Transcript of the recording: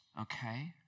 Okay